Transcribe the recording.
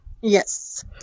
Yes